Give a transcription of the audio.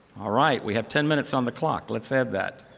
ah right. we have ten minutes on the clock. let's add that.